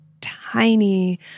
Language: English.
tiny